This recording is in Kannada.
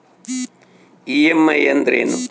ಇ.ಎಮ್.ಐ ಅಂದ್ರೇನು?